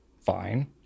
fine